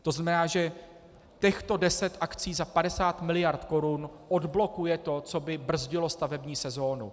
To znamená, že těchto deset akcí za 50 miliard korun odblokuje to, co by brzdilo stavební sezonu.